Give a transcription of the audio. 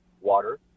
water